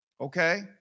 Okay